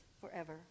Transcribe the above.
forever